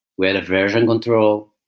we had a version control.